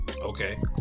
Okay